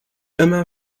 immer